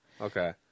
Okay